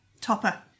Topper